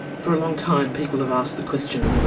for a long time people have asked the question, you know